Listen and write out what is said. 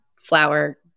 flower